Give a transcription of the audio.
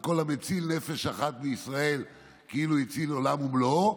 וכל המציל נפש אחת מישראל כאילו הציל עולם ומלואו.